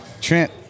Trent